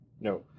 No